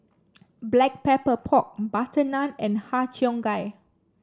Black Pepper Pork butter naan and Har Cheong Gai